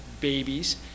babies